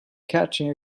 catching